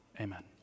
amen